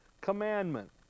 commandment